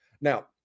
Now